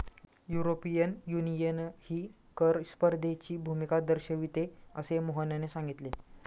European युनियनही कर स्पर्धेची भूमिका दर्शविते, असे मोहनने सांगितले